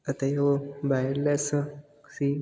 ਅਤੇ ਉਹ ਵਾਇਰਲੈਸ ਸੀ